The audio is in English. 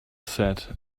said